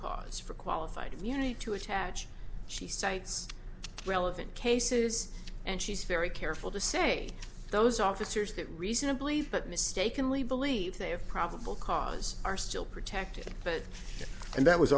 cause for qualified immunity to attach she cites relevant cases and she's very careful to say those officers that reasonably but mistakenly believe they have probable cause are still protected but and that was